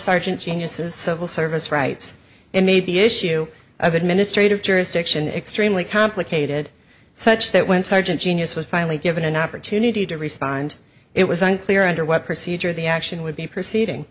sergeant genius's civil service rights and made the issue of administrative jurisdiction extremely complicated such that when sergeant genius was finally given an opportunity to respond it was unclear under what procedure the action would be proceeding